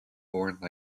foreign